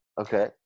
Okay